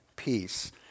Peace